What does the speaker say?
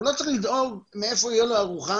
הוא לא צריך לדאוג מאיפה תהיה לו ארוחה,